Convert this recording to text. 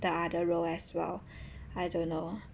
the other role as well I don't know